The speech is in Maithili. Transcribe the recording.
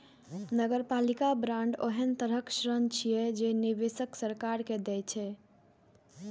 नगरपालिका बांड ओहन तरहक ऋण छियै, जे निवेशक सरकार के दै छै